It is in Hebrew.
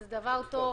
וזה דבר טוב,